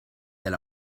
del